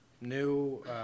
new